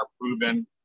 proven